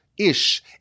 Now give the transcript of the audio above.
Ish